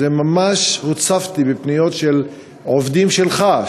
ממש הוצפתי בפניות של עובדים שלך,